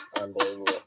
Unbelievable